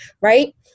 right